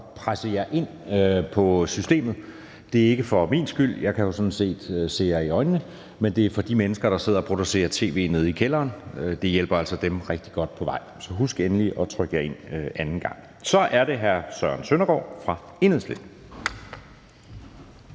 trykke jer ind i systemet. Det er ikke for min skyld, for jeg kan jo sådan set se jer i øjnene, men det er på grund af de mennesker, der sidder og producerer tv nede i kælderen; det hjælper altså dem rigtig godt på vej. Så husk endelig at trykke jer ind anden gang. Så er det hr. Søren Søndergaard fra Enhedslisten.